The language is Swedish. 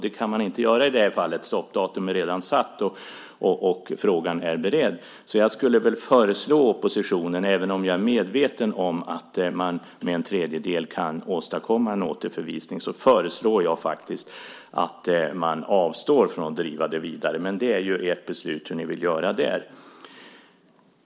Det kan man inte göra i det här fallet. Stoppdatum är redan satt, och frågan är beredd. Jag skulle föreslå oppositionen, även om jag är medveten om att man med en tredjedels majoritet kan åstadkomma en förvisning, att avstå från att driva det yrkandet vidare. Men det är ju ert beslut hur ni vill göra.